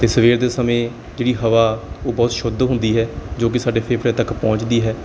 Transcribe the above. ਅਤੇ ਸਵੇਰ ਦੇ ਸਮੇਂ ਜਿਹੜੀ ਹਵਾ ਉਹ ਬਹੁਤ ਸ਼ੁੱਧ ਹੁੰਦੀ ਹੈ ਜੋ ਕਿ ਸਾਡੇ ਫੇਫੜਿਆਂ ਤੱਕ ਪਹੁੰਚਦੀ ਹੈ